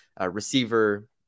receiver